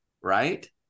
right